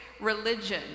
religion